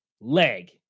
leg